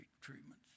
treatments